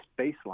baseline